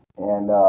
and